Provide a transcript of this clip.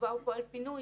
דובר פה על פינוי.